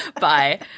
bye